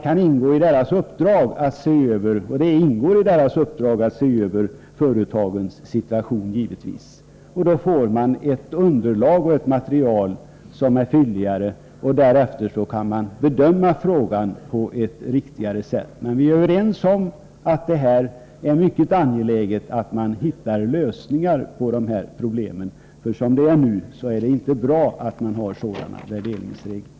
Det ingår givetvis i dess uppdrag att se över företagens situation. Då får man ett fylligare underlag, så att man därefter kan bedöma frågan på ett riktigare sätt. Vi är alltså överens om att det är mycket angeläget att hitta lösningar på det problem som Lennart Pettersson har aktualiserat. Det är inte bra med de värderingsregler som gäller i dag.